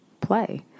play